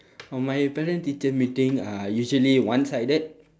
oh my parent teacher meeting uh usually one-sided